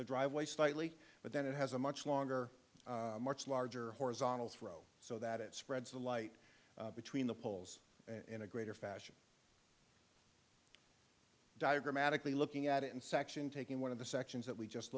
the driveway slightly but then it has a much longer much larger horizontal throw so that it spreads the light between the poles in a greater fashion diagrammatically looking at it and section taking one of the sections that we just